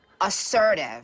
assertive